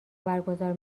برگزار